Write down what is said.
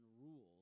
rules